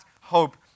hope